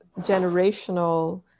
generational